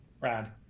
Rad